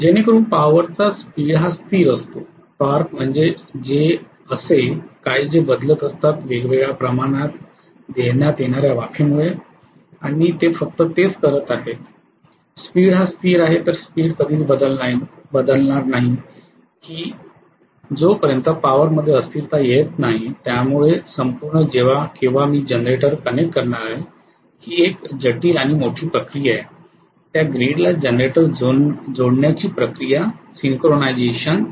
जेणेकरून पॉवरचा स्पीड हा स्थिर असतो टॉर्क म्हणजे जे असे काही जे ते बदलत असतात वेगवेगळ्या प्रमाणात देण्यात येणाऱ्या वाफेद्वारे आणि ते फक्त तेच करत आहेत स्पीड हा स्थिर आहे तर स्पीड कधीच बदलणार नाही जो पर्यंत पॉवर मध्ये अस्थिरता येत नाही त्यामुळे संपूर्ण जेव्हा केव्हा मी जनरेटर कनेक्ट करणार ही जटील आणि मोठी क्रिया आहे त्या ग्रिड ला जनरेटर जोडण्याच्या प्रक्रियेला सिंक्रोनायझेशन synchronization